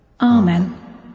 Amen